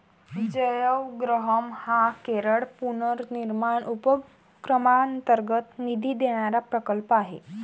जयवग्रहम हा केरळ पुनर्निर्माण उपक्रमांतर्गत निधी देणारा प्रकल्प आहे